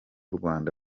rwanda